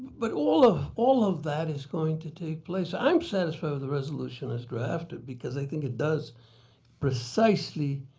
but all of all of that is going to take place. i'm satisfied with the resolution as drafted, because i think it does precisely